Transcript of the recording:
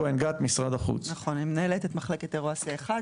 אני מטפלת במחלקת אירו אסיה 1,